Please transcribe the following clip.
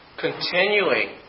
Continuing